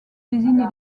désigne